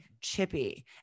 chippy